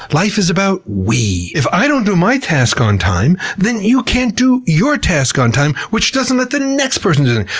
life is about we. if i don't do my task on time, then you can't do your task on time, which doesn't let the next person do